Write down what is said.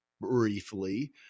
briefly